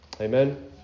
Amen